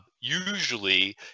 usually